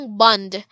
bond